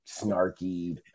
snarky